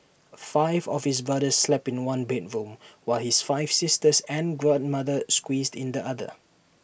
five of his brothers slept in one bedroom while his five sisters and grandmother squeezed in the other